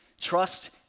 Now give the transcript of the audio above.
Trust